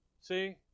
See